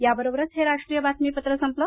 याबरोबरच हे राष्ट्रीय बातमीपत्र संपलं